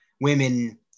women